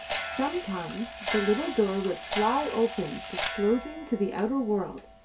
sometimes the little door would fly open disclosing to the outer world,